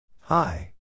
Hi